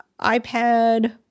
iPad